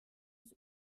des